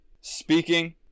speaking